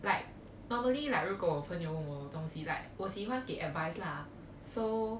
like normally like 如果我朋友问我东西 like 我喜欢给 advice lah so